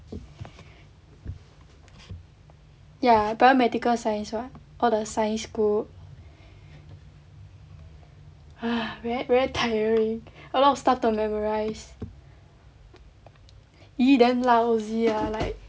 ya biomedical science [what] all the science school very very tiring a lot of stuff to memorise !ee! damn lousy ah like